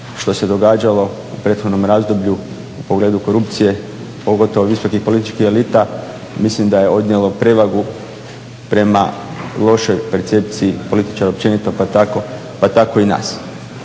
što se događalo u prethodnom razdoblju u pogledu korupcije pogotovo visokih političkih elita mislim da je odnijelo prevagu prema lošoj percepciji političara općenito, pa tako i nas.